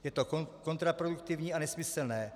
Je to kontraproduktivní a nesmyslné.